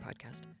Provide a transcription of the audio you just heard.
podcast